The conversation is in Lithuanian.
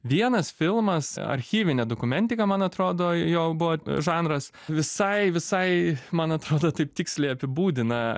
vienas filmas archyvinė dokumentika man atrodo jo buvo žanras visai visai man atrodo taip tiksliai apibūdina